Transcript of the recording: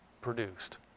produced